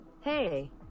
Hey